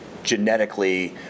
Genetically